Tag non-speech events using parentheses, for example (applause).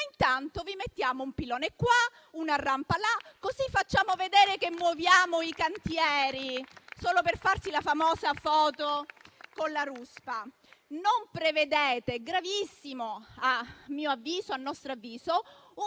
intanto vi mettiamo un pilone qua e una rampa là, così facciamo vedere che muoviamo i cantieri, (applause) solo per farsi la famosa foto con la ruspa. Non prevedete - gravissimo, a nostro avviso - un